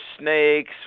snakes